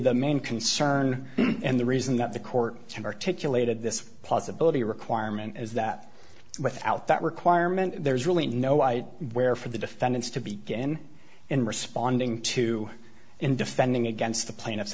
the main concern and the reason that the court of articulated this possibility requirement is that without that requirement there's really no i where for the defendants to begin in responding to in defending against the plaintiff